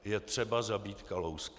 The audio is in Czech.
Je třeba zabít Kalouska.